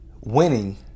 Winning